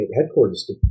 headquarters